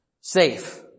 safe